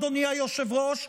אדוני היושב-ראש,